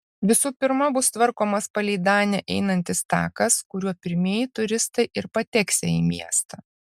visų pirma bus tvarkomas palei danę einantis takas kuriuo pirmieji turistai ir pateksią į miestą